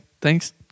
thanks